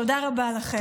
תודה רבה לכם.